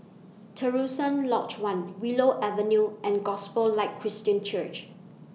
Terusan Lodge one Willow Avenue and Gospel Light Christian Church